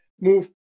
Move